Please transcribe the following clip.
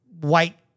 White